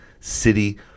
city